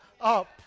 up